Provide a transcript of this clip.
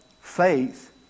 faith